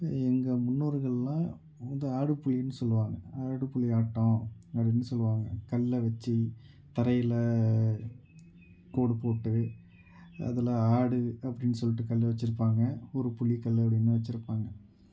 எங்கள் முன்னோர்கள்லாம் வந்து ஆடு புலின்னு சொல்வாங்க ஆடு புலி ஆட்டம் அப்படின்னு சொல்வாங்க கல்லை வெச்சி தரையில் கோடு போட்டு அதில் ஆடு அப்படின்னு சொல்லிட்டு கல் வெச்சிருப்பாங்க ஒரு புலி கல் அப்படின்னு வெச்சிருப்பாங்க